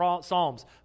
Psalms